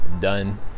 done